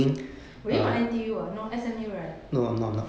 were you from N_T_U or no S_M_U right